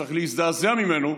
שצריך להזדעזע ממנו,